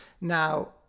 now